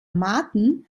maaten